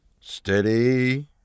steady